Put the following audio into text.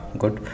good